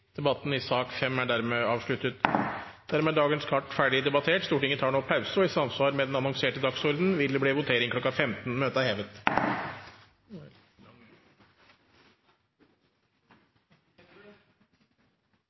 Dermed er dagens kart ferdigdebattert. Stortinget tar nå pause, og i samsvar med den annonserte dagsorden vil det bli votering kl. 15.